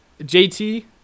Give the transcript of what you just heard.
JT